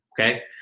okay